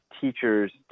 teachers